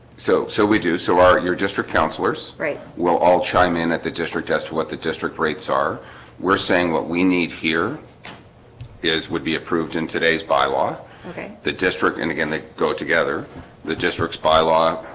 so so we do so are your district councillors will all chime in at the district as to what the district rates are we're saying what we need here is would be approved in today's bylaw the district and again, they go together the districts by law